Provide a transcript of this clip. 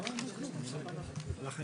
אני אומרת שלפני